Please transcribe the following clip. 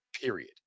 period